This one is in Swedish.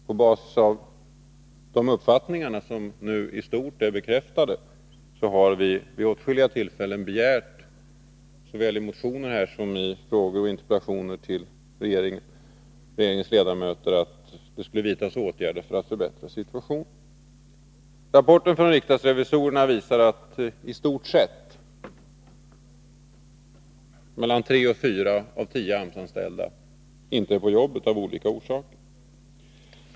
På basis av de uppfattningarna, som nu i stort är bekräftade, har vi vid åtskilliga tillfällen, såväl i motioner som i frågor och interpellationer till regeringens ledamöter, begärt att åtgärder skall vidtas för att förbättra situationen. Rapporten från riksdagsrevisorerna visar att i stort sett mellan tre och fyra av tio AMS-anställda av olika orsaker inte är på arbetet.